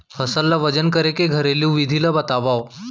फसल ला वजन करे के घरेलू विधि ला बतावव?